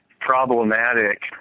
problematic